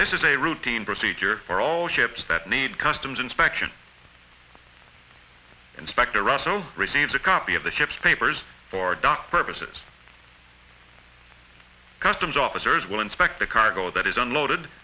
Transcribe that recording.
this is a routine procedure for all ships that need customs inspection inspector russell receives a copy of the ship's papers for dot purposes customs officers will inspect the cargo that is unloaded